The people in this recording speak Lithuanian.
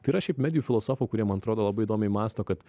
tai yra šiaip medijų filosofų kurie man atrodo labai įdomiai mąsto kad